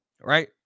Right